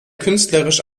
künstlerisch